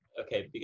Okay